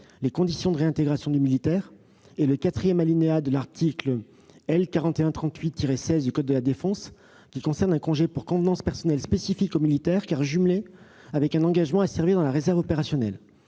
les conditions de réintégration du militaire et le quatrième alinéa de l'article L. 4138-16 du code de la défense, qui concerne un congé pour convenances personnelles spécifique aux militaires, car jumelé avec un engagement à servir dans la réserve opérationnelle.